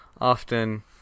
often